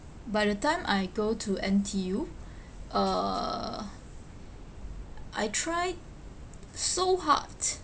by the time I go to N_T_U uh I tried so hard